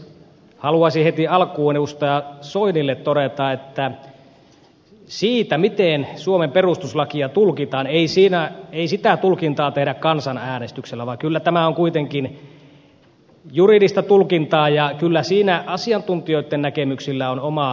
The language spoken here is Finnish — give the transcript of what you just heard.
haluaisin heti alkuun edustaja soinille todeta että siitä miten suomen perustuslakia tulkitaan ei sitä tulkintaa tehdä kansanäänestyksellä vaan kyllä tämä on kuitenkin juridista tulkintaa ja kyllä siinä asiantuntijoitten näkemyksillä on oma painoarvonsa